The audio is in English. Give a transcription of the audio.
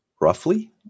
roughly